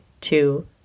two